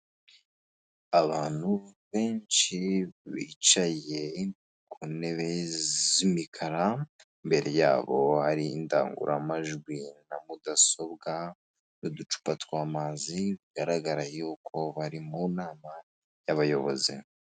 Abantu benshi bicaye ku ntebe z'imikara, imbere yabo hari indangururamajwi na mudasobwa n'uducupa tw'amazi, bigaragara yuko bari mu nama y'abayobozi.